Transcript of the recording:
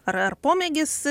ar ar pomėgis